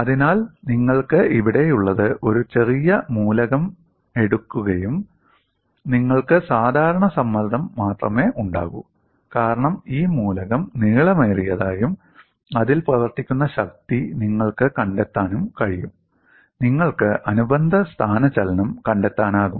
അതിനാൽ നിങ്ങൾക്ക് ഇവിടെയുള്ളത് ഒരു ചെറിയ മൂലകം എടുക്കുകയും നിങ്ങൾക്ക് സാധാരണ സമ്മർദ്ദം മാത്രമേ ഉണ്ടാകൂ കാരണം ഈ മൂലകം നീളമേറിയതായും അതിൽ പ്രവർത്തിക്കുന്ന ശക്തി നിങ്ങൾക്ക് കണ്ടെത്താനും കഴിയും നിങ്ങൾക്ക് അനുബന്ധ സ്ഥാനചലനം കണ്ടെത്താനാകും